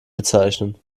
bezeichnen